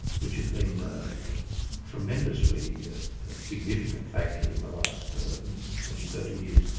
which has been a tremendously significant factor in the last twenty, thirty years.